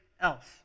else